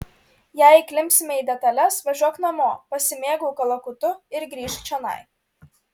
jei įklimpsime į detales važiuok namo pasimėgauk kalakutu ir grįžk čionai